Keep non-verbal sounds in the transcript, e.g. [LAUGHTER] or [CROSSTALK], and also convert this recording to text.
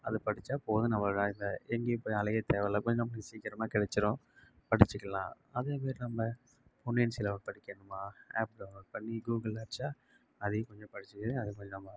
அது படித்தா போதும் [UNINTELLIGIBLE] எங்கேயும் இப்போ அலைய தேவை இல்லை [UNINTELLIGIBLE] நமக்கு சீக்கிரமாக கிடச்சிரும் படிச்சுக்குலாம் அதே மாதிரி நம்ம பொன்னியின் செல்வன் படிக்கணுமா ஆப் டவுன்லோட் பண்ணி கூகுளில் அடித்தா அதையும் கொஞ்சம் படிச்சு [UNINTELLIGIBLE] அதே மாதிரி நம்ம